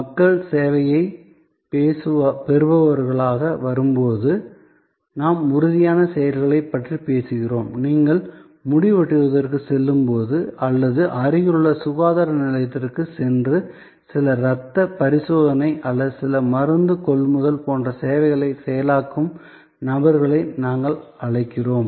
மக்கள் சேவையைப் பெறுபவர்களாக வரும்போது நாம் உறுதியான செயல்களைப் பற்றி பேசுகிறோம் நீங்கள் முடி வெட்டுவதற்குச் செல்லும்போது அல்லது அருகிலுள்ள சுகாதார நிலையத்திற்குச் சென்று சில இரத்தப் பரிசோதனை அல்லது சில மருந்து கொள்முதல் போன்ற சேவைகளைச் செயலாக்கும் நபர்களை நாங்கள் அழைக்கிறோம்